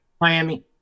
Miami